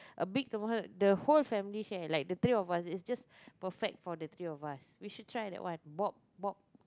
a big one the whole family share like the three of us it's just perfect for the three of us we should try that one Bob Bob